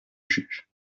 juge